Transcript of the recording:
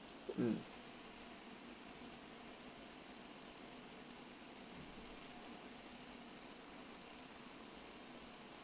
mm